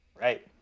right